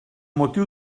motiu